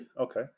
Okay